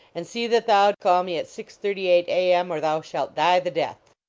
and see that thou call me at six thirty eight a. m. or thou shalt die the death.